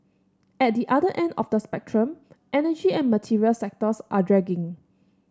at the other end of the spectrum energy and material sectors are dragging